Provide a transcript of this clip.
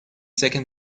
second